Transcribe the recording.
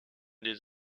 des